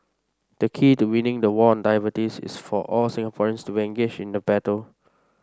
the key to winning the war on diabetes is for all Singaporeans to be engaged in the battle